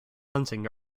hunting